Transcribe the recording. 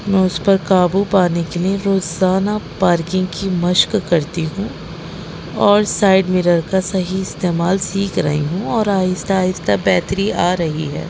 میں اس پر قابو پانے کے لیے روزانہ پارکنگ کی مشق کرتی ہوں اور سائڈ مرر کا صحیح استعمال سیکھ رہی ہوں اور آہستہ آہستہ بہتری آ رہی ہے